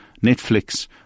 Netflix